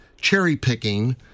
cherry-picking